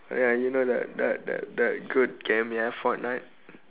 ya you know that that that that good game ya fortnite